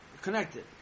connected